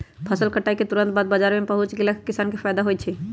फसल कटाई के तुरत बाद बाजार में पहुच गेला से किसान के फायदा होई छई